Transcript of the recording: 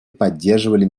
поддерживали